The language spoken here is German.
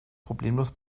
problemlos